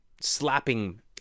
slapping